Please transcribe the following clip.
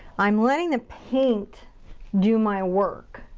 i'm letting the paint do my work.